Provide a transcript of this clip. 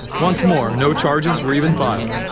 once more, no charges were even filed.